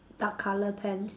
dark colour pants